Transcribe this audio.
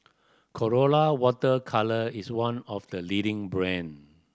Colora Water Colour is one of the leading brand